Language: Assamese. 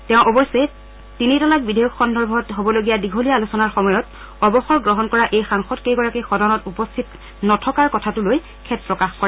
তেওঁ অৱশ্যে তিনিতালাক বিধেয়ক সন্দৰ্ভত হবলগীয়া দীঘলীয়া আলোচনাৰ সময়ত অৱসৰ গ্ৰহণ কৰা এই সাংসদকেইগৰাকী সদনত উপস্থিত নথকাৰ কথাটো লৈ খেদ প্ৰকাশ কৰে